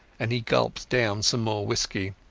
and he gulped down some more whisky.